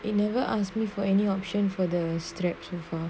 they never ask me for any option for the straps so far